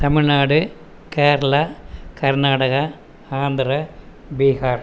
Tamil Nadu Kerala Karnataka Andhra Bihar